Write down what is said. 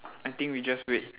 I think we just wait